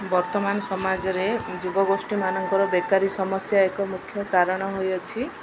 ବର୍ତ୍ତମାନ ସମାଜରେ ଯୁବଗୋଷ୍ଠୀମାନଙ୍କର ବେକାରୀ ସମସ୍ୟା ଏକ ମୁଖ୍ୟ କାରଣ ହୋଇଅଛି